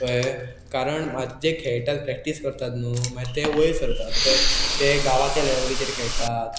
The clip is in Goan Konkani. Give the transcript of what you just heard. कळ्ळें कारण जे खेळटात प्रॅक्टीस करतात न्हू मागीर ते वयर सरतात पळय ते गांवाच्या लेवलीचेर खेळटात